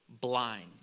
blind